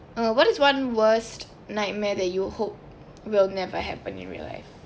uh what is one worst nightmare that you hope will never happen in real life